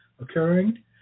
occurring